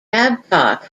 babcock